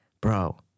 bro